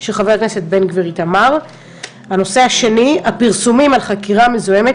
של חבר הכנסת איתמר בן גביר (מס' 844); 2. הפרסומים על "חקירה מזוהמת"